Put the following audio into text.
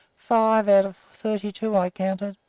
five out of thirty-two i counted